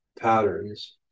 patterns